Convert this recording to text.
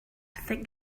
think